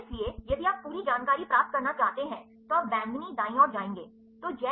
इसलिए यदि आप पूरी जानकारी प्राप्त करना चाहते हैं तो आप बैंगनी दाईं ओर जाएंगे